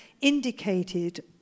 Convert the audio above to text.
indicated